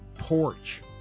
porch